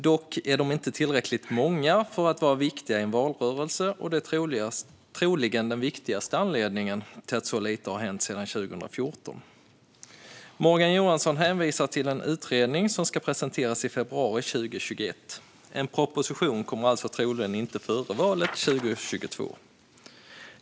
Dock är de drabbade inte tillräckligt många för att vara viktiga i en valrörelse, och detta är troligen den viktigaste anledningen till att så lite har hänt sedan 2014. Morgan Johansson hänvisar till en utredning som ska presenteras i februari 2021. En proposition kommer alltså troligen inte före valet 2022.